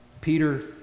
Peter